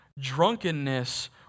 drunkenness